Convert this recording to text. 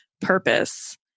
purpose